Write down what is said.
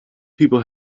people